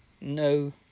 no